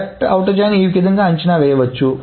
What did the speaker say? ఎడమబాహ్య join ను ఈ క్రింది విధముగా అంచనా వేయవచ్చు